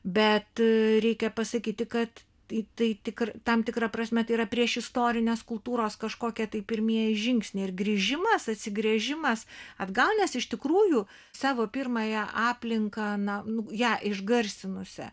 bet reikia pasakyti kad tai tik tam tikra prasme yra priešistorinės kultūros kažkokie tai pirmieji žingsniai ir grįžimas atsigręžimas atgal nes iš tikrųjų savo pirmąją aplinką na ją išgarsinusią